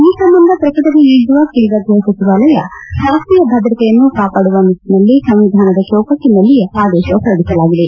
ಈ ಸಂಬಂಧ ಪ್ರಕಟನೆ ನೀಡಿರುವ ಕೇಂದ್ರ ಗೃಹ ಸಚಿವಾಲಯ ರಾಷ್ಷೀಯ ಭದ್ರತೆಯನ್ನು ಕಾಪಾಡುವ ನಿಟ್ಟನಲ್ಲಿ ಸಂವಿಧಾನದ ಚೌಕಟ್ಟನಲ್ಲೇ ಆದೇಶ ಹೊರಡಿಸಲಾಗಿದೆ